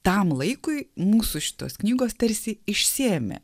tam laikui mūsų šitos knygos tarsi išsėmė